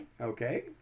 Okay